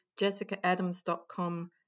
JessicaAdams.com